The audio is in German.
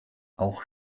auch